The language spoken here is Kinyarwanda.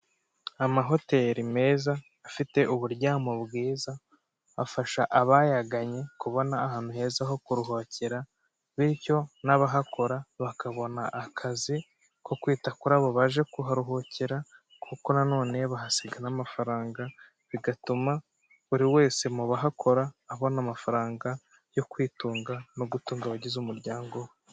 Amahoteli meza afite uburyamo bwiza, afasha abayaganye kubona ahantu heza ho kuruhukera bityo n'abahakora bakabona akazi ko kwita kuri abo baje kuharuhukirara kuko nanone bahasiga n'amafaranga, bigatuma buri wese mu bahakora abona amafaranga yo kwitunga no gutunga abagize umuryango we.